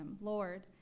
Lord